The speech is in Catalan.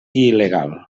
il·legal